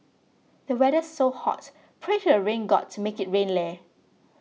the weather's so hot pray to the rain god to make it rain leh